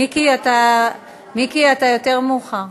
מיקי, אתה יותר מאוחר,